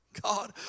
God